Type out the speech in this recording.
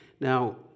Now